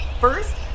first